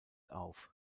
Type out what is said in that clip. auf